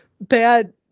bad